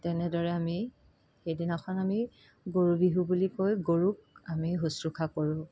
তেনেদৰে আমি সেইদিনাখন আমি গৰু বিহু বুলি কৈ গৰুক আমি শুশ্ৰূষা কৰোঁ